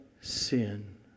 sin